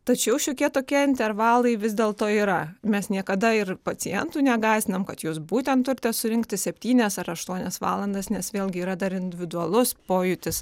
tačiau šiokie tokie intervalai vis dėlto yra mes niekada ir pacientų negąsdinam kad jūs būtent turite surinkti septynias ar aštuonias valandas nes vėlgi yra dar individualus pojūtis